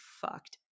fucked